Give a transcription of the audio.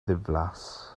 ddiflas